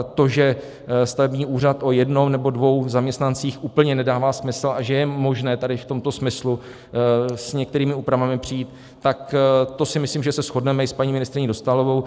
To, že stavební úřad o jednom nebo dvou zaměstnancích úplně nedává smysl a že je možné tady v tomto smyslu s některými úpravami přijít, tak to si myslím, že se shodneme i s paní ministryní Dostálovou.